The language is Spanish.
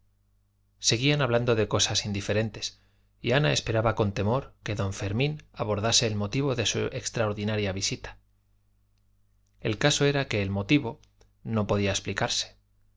seguían hablando de cosas indiferentes y ana esperaba con temor que don fermín abordase el motivo de su extraordinaria visita el caso era que el motivo no podía explicarse